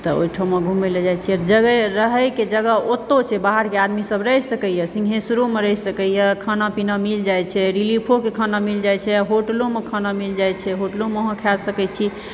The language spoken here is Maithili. तऽ ओहिठमा घुमय लए जाइ छियै रहयके जगह ओतौ छै बाहरके आदमी सब रहि सकैया सिँघेश्वरोमे रहि सकैया खाना पीना मिल जाइ छै रिलीफोके खाना मिल जाइ छै होटलोके खाना मिल जाइ छै होटलोमे अहाँ खाए सकै छी